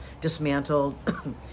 dismantled